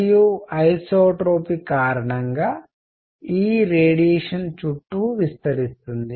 మరియు ఐసోట్రోపిక్ సమధర్మి కారణంగా ఈ రేడియేషన్ చుట్టూ విస్తరిస్తుంది